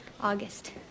August